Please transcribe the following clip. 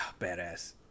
Badass